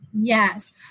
Yes